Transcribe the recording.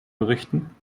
berichten